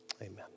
amen